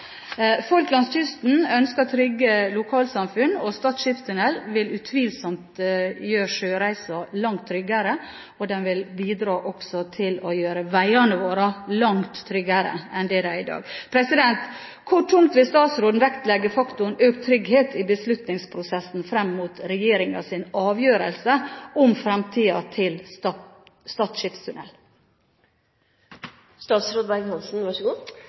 Folk langs kysten ønsker trygge lokalsamfunn, og Stad skipstunnel vil utvilsomt gjøre sjøreisen langt tryggere. Den vil også bidra til å gjøre veiene våre langt tryggere enn de er i dag. Hvor tungt vil statsråden vektlegge faktoren økt trygghet i beslutningsprosessen fram mot regjeringens avgjørelse om fremtiden til